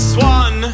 Swan